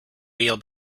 real